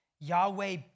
Yahweh